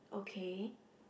okay